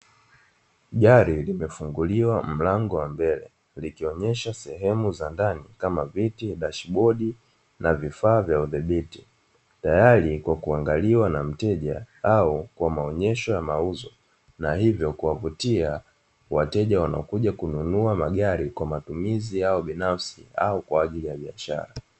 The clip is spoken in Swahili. Gari limefunguliwa mlango wa mbele likionyesha sehemu za ndani kama viti, dashibodi na vifaa vya udhibiti tayari kwa kuangaliwa na mteja au kwa maonyesho ya mauzo, na hivyo kuwavutia wateja wanaokuja kununua magari kwa yao matumizi binafsi au kwa ajili ya biashara.